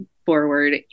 forward